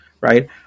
right